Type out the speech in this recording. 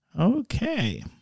okay